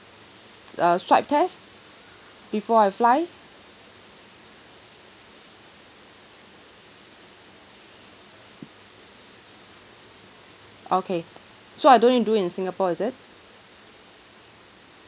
uh swab test before I fly okay so I don't need to do in singapore is it